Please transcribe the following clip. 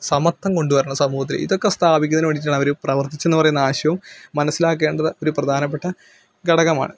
സമത്വം കൊണ്ട് വരണം സമൂഹത്തില് ഇതൊക്കെ സ്ഥാപിക്കുന്നതിന് വേണ്ടിയിട്ടാണ് അവർ പ്രവര്ത്തിച്ചെന്ന് പറയുന്ന ആശയവും മനസ്സിലാക്കേണ്ടത് ഒരു പ്രധാനപ്പെട്ട ഘടകമാണ്